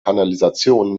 kanalisation